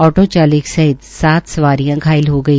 auto चालक सहित सात सवारियां घायल हो गई